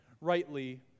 Rightly